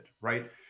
right